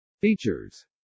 Features